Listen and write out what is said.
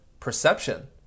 Perception